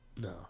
no